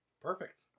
Perfect